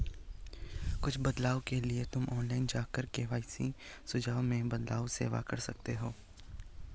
कुछ बदलाव के लिए तुम ऑनलाइन जाकर के.वाई.सी सुझाव में बदलाव सेव कर सकते हो